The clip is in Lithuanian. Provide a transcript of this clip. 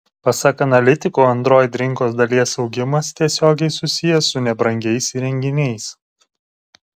pasak analitikų android rinkos dalies augimas tiesiogiai susijęs su nebrangiais įrenginiais